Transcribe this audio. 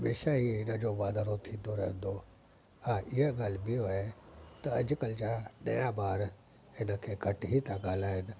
हमेशह ई इन जो वाधारो थींदो रहंदो हा इहा ॻाल्हि ॿियो आहे त अॼु कल्ह जा नया ॿार हिन खे घटि ई था ॻाल्हाइनि